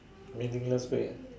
meaningless way ah